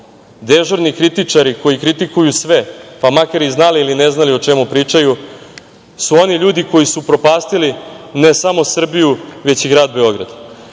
dežurni kritičari koji kritikuju sve, pa makar i znali ili ne znali o čemu pričaju, su oni ljudi koji su upropastili ne samo Srbiju, već i Grad Beograd. Kao